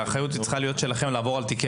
האחריות צריכה להיות שלכם לעבור על תיקי